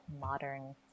modern